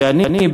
שאני,